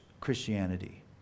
Christianity